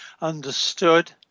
understood